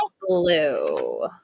blue